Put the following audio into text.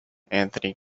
anthony